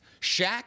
Shaq